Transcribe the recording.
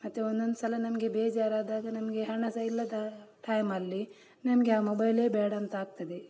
ಮತ್ತು ಒಂದೊಂದು ಸಲ ನಮಗೆ ಬೇಜಾರಾದಾಗ ನಮಗೆ ಹಣ ಸಹ ಇಲ್ಲದ ಟೈಮಲ್ಲಿ ನನಗೆ ಆ ಮೊಬೈಲೇ ಬೇಡಂತ ಆಗ್ತದೆ